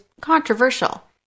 controversial